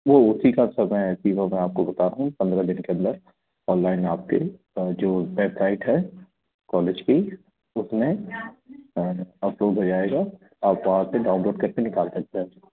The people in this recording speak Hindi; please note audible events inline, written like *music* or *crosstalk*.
वो उसी का समय *unintelligible* होगा आपको बता दूँ पंद्रा दिन के अंदर ऑनलाइन आपके जो वेबसाइट है कॉलेज की उसमें अप्रूव्ड हो जाएगा आप वहाँ से डाउनलोड करके निकाल सकते हैं